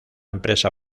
empresa